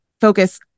focus